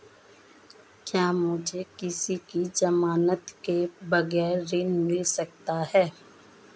क्या मुझे किसी की ज़मानत के बगैर ऋण मिल सकता है?